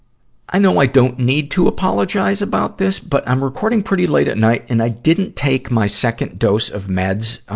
i know i don't need to apologize about this, but i'm recording pretty late at night, and i didn't take my second dose of meds, ah,